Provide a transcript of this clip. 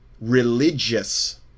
religious